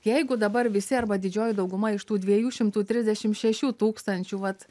jeigu dabar visi arba didžioji dauguma iš tų dviejų šimtų trisdešimt šešių tūkstančių vat